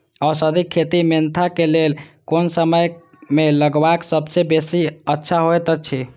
औषधि खेती मेंथा के लेल कोन समय में लगवाक सबसँ बेसी अच्छा होयत अछि?